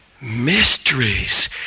mysteries